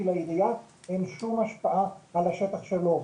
כי לעירייה אין שום השפעה על השטח שלו.